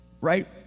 right